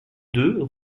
deux